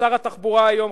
שר התחבורה היום,